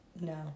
No